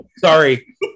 sorry